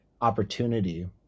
opportunity